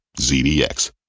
ZDX